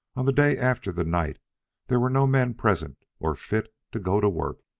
on the day after the night there were no men present or fit to go to work.